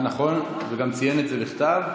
נכון, וגם ציין את זה בכתב.